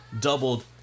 doubled